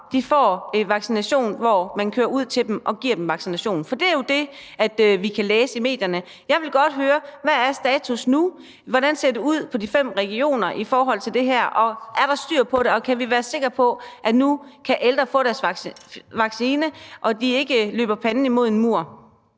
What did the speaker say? en vaccination, hvor man kører ud til dem og giver dem vaccinationen? For det er jo det, som vi kan læse i medierne. Jeg vil godt høre: Hvad er status nu? Hvordan ser det ud for de fem regioner i forhold til det her? Er der styr på det? Og kan vi være sikre på, at ældre nu kan få deres vaccine, og at de ikke løber panden imod en mur?